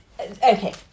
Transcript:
Okay